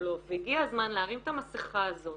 ישראבלוף והגיע הזמן להרים את המסכה הזאת